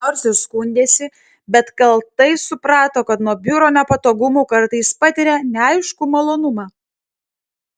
nors ir skundėsi bet kaltai suprato kad nuo biuro nepatogumų kartais patiria neaiškų malonumą